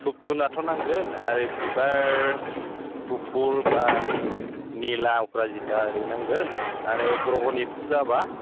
धुप धुनाथ' नांगोन आरो बिबार गुफुर बा निला अपराजिता ओरै नांगोन आरो ग्रह'नि फुजाबा